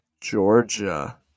Georgia